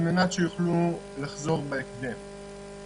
על מנת שיוכלו לחזור בהקדם.